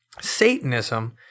Satanism